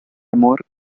amor